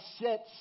sits